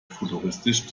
futuristisch